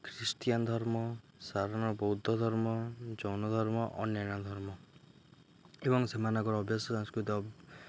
Christian ଧର୍ମ ସାଧାରଣ ବୌଦ୍ଧ ଧର୍ମ ଜୈନ ଧର୍ମ ଅନ୍ୟାନ୍ୟ ଧର୍ମ ଏବଂ ସେମାନଙ୍କର ଅଭ୍ୟାସ ସାଂସ୍କୃତି